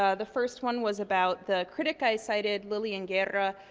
ah the first one was about the critic i cited, lillian guerra,